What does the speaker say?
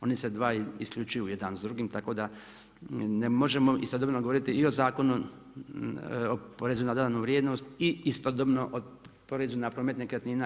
Oni se dva isključuju jedan s drugim, tako da ne možemo istodobno govoriti i o Zakonu o porezu na dodanu vrijednost i istodobno o porezu na promet nekretnina.